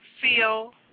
feel